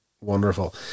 wonderful